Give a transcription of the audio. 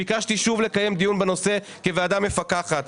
ביקשתי שוב לקיים דיון בנושא כוועדה מפקחת,